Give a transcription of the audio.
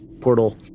portal